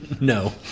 No